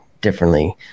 differently